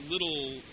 little